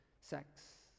sex